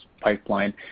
pipeline